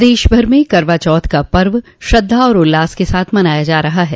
प्रदेश भर में करवा चौथ का पर्व श्रद्धा और उल्लास के साथ मनाया जा रहा है